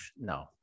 no